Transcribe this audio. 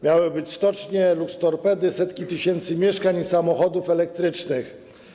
Miały być stocznie, lukstorpedy, setki tysięcy mieszkań i samochodów elektrycznych.